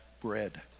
bread